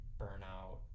burnout